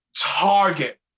target